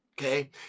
okay